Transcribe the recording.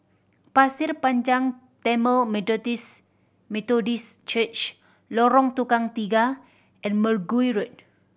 Pasir Panjang Tamil Methodist Church Lorong Tukang Tiga and Mergui Road